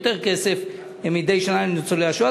יותר כסף מדי שנה לניצולי השואה.